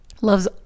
loves